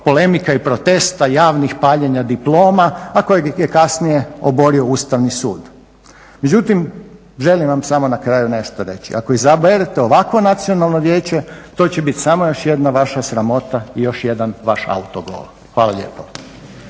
polemika i protesta, javnih paljenja diploma, a kojeg je kasnije oborio Ustavni sud. Međutim, želim vam samo na kraju nešto reći. Ako izaberete ovakvo Nacionalno vijeće to će biti samo još jedna vaša sramota i još jedan vaš autogol. Hvala lijepo.